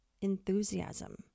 enthusiasm